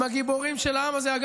הם הגיבורים של העם הזה.